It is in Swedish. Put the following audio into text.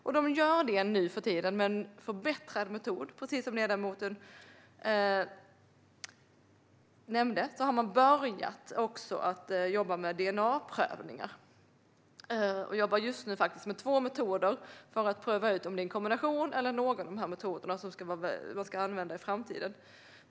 Nu för tiden gör man detta med en förbättrad metod. Precis som ledamoten nämnde har man börjat jobba med DNA-prov, och just nu jobbar man faktiskt med två metoder för att undersöka om det är en kombination av metoderna eller någon av dem som ska användas i framtiden.